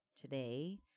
today